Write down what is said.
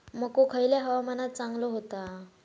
मको खयल्या हवामानात चांगलो होता?